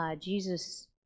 Jesus